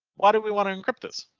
why do we want to encrypt us?